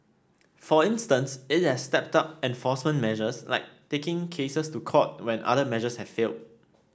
for instance it has stepped up enforcement measures like taking cases to court when other measures have failed